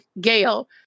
Gail